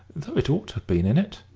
though it ought to have been in it.